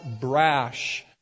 brash